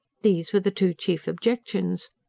these were the two chief objections.